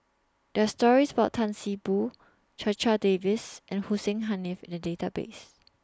There Are stories about Tan See Boo Checha Davies and Hussein Haniff in The Database